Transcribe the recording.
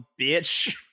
bitch